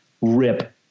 rip